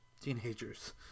teenagers